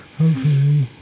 Okay